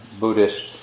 Buddhist